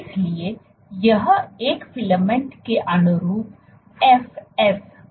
इसलिए यह एक फिलामेंट के अनुरूप fs मूल्य है